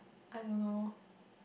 I don't know